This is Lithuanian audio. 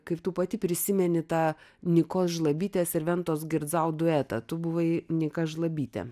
kaip tu pati prisimeni tą nikos žlabytės ir ventos girdzau duetą tu buvai nika žlabytė